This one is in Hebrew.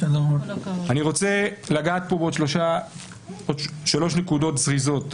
אני רוצה לגעת פה בעוד שלוש נקודות זריזות,